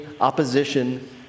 opposition